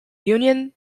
union